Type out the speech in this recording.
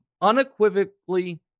unequivocally